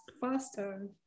faster